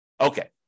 Okay